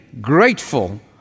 grateful